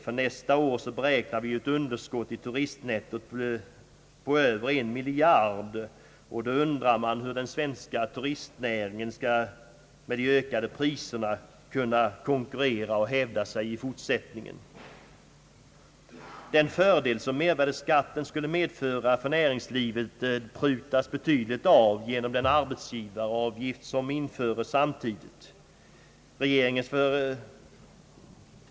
För nästa år beräknas underskottet på turistnettot bli över 1 miljard kronor, och man undrar hur den svenska turistnäringen med de ökade priser som skatten måste medföra skall kunna hävda sig i fortsättningen. Den fördel som mervärdeskatten skulle medföra för näringslivet prutas betydligt av genom den arbetsgivaravgift som samtidigt införes.